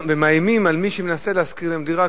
מאיימים על מי שמנסה להשכיר להם דירה.